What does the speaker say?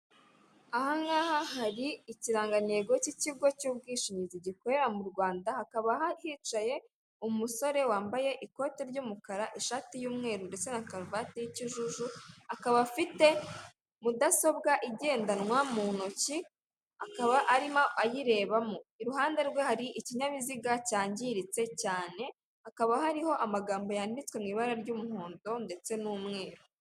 Aha ngaha hari ikirangantego cy'ikigo cy'ubwishingizi gikorera mu Rwanda ,hakaba hicaye umusore wambaye ikote ry'umukara, ishati y'umweru, ndetse na karuvati y'ikijuju, akaba afite mudasobwa igendanwa mu ntoki, akaba arimo ayirebamo. Iruhande rwe hari ikinyabiziga cyangiritse cyane, hakaba hariho amagambo yanditswe mu ibara ry'umuhondo, ndetse n'umweru.